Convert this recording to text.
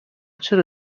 چرا